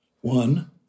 One